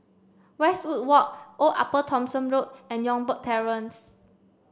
Westwood Walk Old Upper Thomson Road and Youngberg Terrace